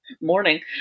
Morning